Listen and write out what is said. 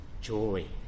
joy